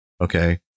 Okay